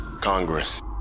Congress